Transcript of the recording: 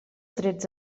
trets